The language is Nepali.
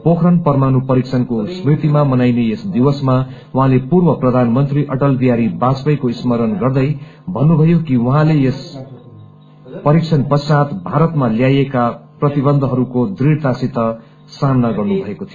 पोखरण परमाणु परीक्षणको स्मृतिमा मनाइने यस दिवसमा उहाँले पूर्व प्रधानमन्त्री अटल बिहारी बाजपेयीको स्मरण गर्दै भञ्ञभयो कि उहाँले यस परीक्षण पश्चात भारतमा लगाइएका प्रतिबन्धहरूको दृढ़तासित सामना गर्नुभएको थियो